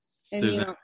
Susan